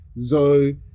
Zoe